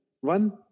One